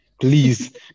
Please